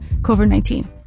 COVID-19